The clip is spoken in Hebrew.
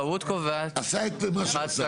נציג היועץ משפטי של משרד הפנים: הכבאות קובעת אחת,